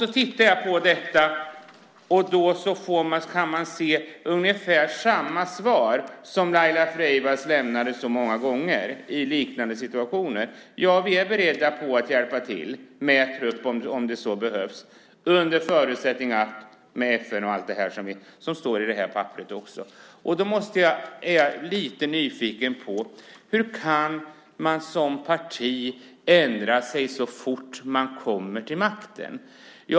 Då tittar jag på detta svar och kan se ungefär samma svar som Laila Freivalds lämnade så många gånger i liknande situationer: Ja, vi är beredda att hjälpa till med trupp om det så behövs, under förutsättning att FN är med, och allt det som står i det här papperet. Då är jag lite nyfiken: Hur kan man som parti ändra sig så fort man kommer till makten?